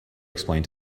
explain